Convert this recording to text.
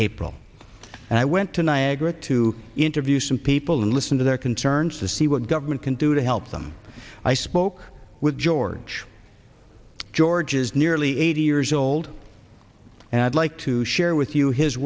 and i went to niagara to interview some people and listen to their concerns to see what government can do i helped them i spoke with george george is nearly eighty years old and i'd like to share with you his